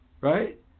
right